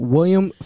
William